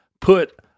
put